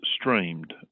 streamed